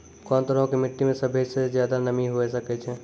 कोन तरहो के मट्टी मे सभ्भे से ज्यादे नमी हुये सकै छै?